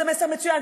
זה מסר מצוין,